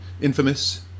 infamous